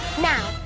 Now